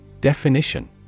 Definition